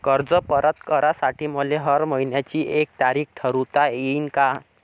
कर्ज परत करासाठी मले हर मइन्याची एक तारीख ठरुता येईन का?